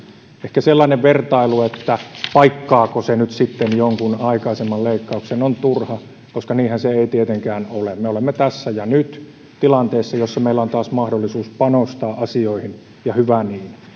ehkä sellainen vertailu paikkaako se nyt sitten jonkun aikaisemman leikkauksen on turha koska niinhän se ei tietenkään ole me olemme tässä ja nyt tilanteessa jossa meillä on taas mahdollisuus panostaa asioihin ja hyvä niin